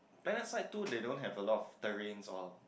planet side two they don't have a lot of terrains or